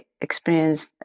experience